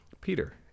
Peter